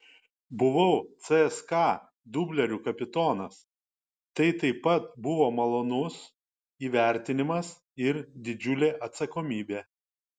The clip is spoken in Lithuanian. buvau cska dublerių kapitonas tai taip pat buvo malonus įvertinimas ir didžiulė atsakomybė